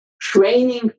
training